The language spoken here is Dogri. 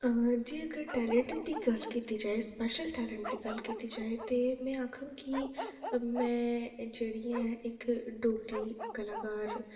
जि'यां के टैलेंट दी गल्ल कीती जाए स्पेशल टैलेंट दी गल्ल कीती जा ते में आखङ के में जेह्ड़ी ऐं इक डोगरी कलाकार